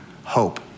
Hope